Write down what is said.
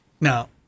Now